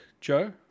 Joe